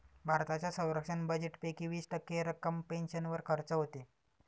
भारताच्या संरक्षण बजेटपैकी वीस टक्के रक्कम पेन्शनवर खर्च होते